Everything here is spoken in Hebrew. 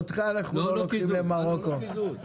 אותך לא לוקחים למרוקו.